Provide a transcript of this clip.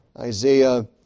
Isaiah